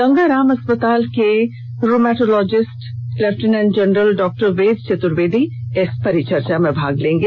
गंगा राम अस्पताल के rheumatologist lieutenant general डॉ वेद चतुर्वेदी चर्चा में भाग लेंगे